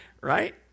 Right